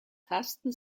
tasten